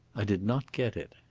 i did not get it.